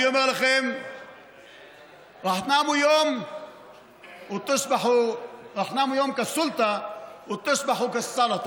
אני אומר לכם (אומר בערבית: אתם תלכו לישון יום אחד כרשות